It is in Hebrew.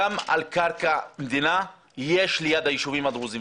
קרקע מדינה יש גם ליד היישובים הדרוזיים.